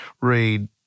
read